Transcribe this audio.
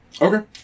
Okay